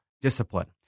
discipline